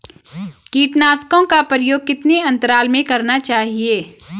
कीटनाशकों का प्रयोग कितने अंतराल में करना चाहिए?